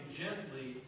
gently